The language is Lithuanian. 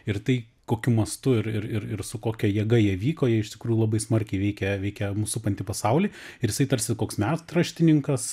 ir tai kokiu mastu ir ir ir su kokia jėga jie vyko jie iš tikrųjų labai smarkiai veikė veikia mus supantį pasaulį ir jisai tarsi koks metraštininkas